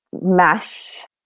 mesh